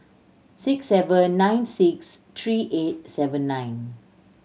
six seven nine six three eight seven nine